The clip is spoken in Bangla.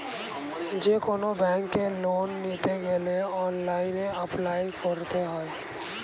যেকোনো ব্যাঙ্কে লোন নিতে গেলে অনলাইনে অ্যাপ্লাই করতে হয়